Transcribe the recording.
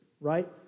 right